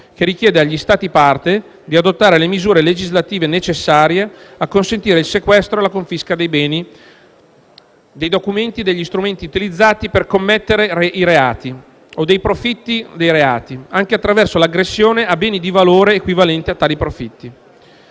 che richiede agli Stati parte di adottare le misure legislative necessarie a consentire il sequestro e la confisca dei beni, dei documenti e degli strumenti utilizzati per commettere i reati o dei profitti dei reati, anche attraverso l'aggressione a beni di valore equivalenti a tali profitti.